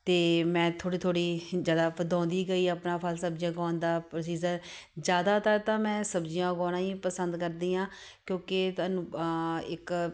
ਅਤੇ ਮੈਂ ਥੋੜ੍ਹੀ ਥੋੜ੍ਹੀ ਜ਼ਿਆਦਾ ਵਧਾਉਂਦੀ ਗਈ ਆਪਣਾ ਫਲ ਸਬਜ਼ੀਆਂ ਉਗਾਉਣ ਦਾ ਪ੍ਰੋਸੀਜ਼ਰ ਜ਼ਿਆਦਾਤਰ ਤਾਂ ਮੈਂ ਸਬਜ਼ੀਆਂ ਉਗਾਉਣਾ ਹੀ ਪਸੰਦ ਕਰਦੀ ਹਾਂ ਕਿਉਂਕਿ ਤੁਹਾਨੂੰ ਇੱਕ